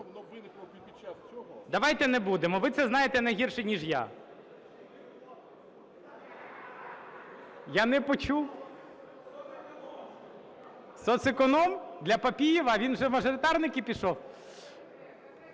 Давайте не будемо, ви це знаєте не гірше ніж я. Я не почув. Соцеконом для Папієва, він вже у мажоритарники пішов?